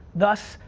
thus,